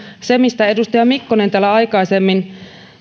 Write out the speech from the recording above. se mistä edustaja mikkonen täällä aikaisemmin